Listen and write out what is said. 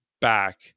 back